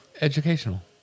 educational